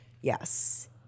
Yes